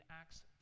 Acts